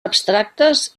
abstractes